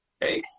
Hey